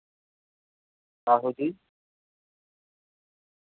आहो जी